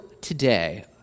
today